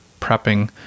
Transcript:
prepping